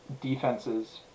defenses